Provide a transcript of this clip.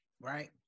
right